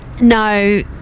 No